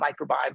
microbiome